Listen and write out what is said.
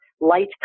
light